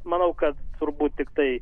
manau kad turbūt tiktai